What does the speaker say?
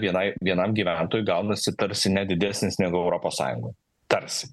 vienai vienam gyventojui gaunasi tarsi net didesnis negu europos sąjungos tarsi